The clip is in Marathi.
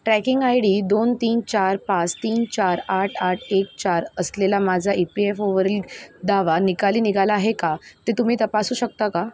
ट्रॅकिंग आय डी दोन तीन चार पाच तीन चार आठ आठ एक चार असलेला माझा ई पी एफ ओवरील दावा निकाली निघाला आहे का ते तुम्ही तपासू शकता का